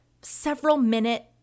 several-minute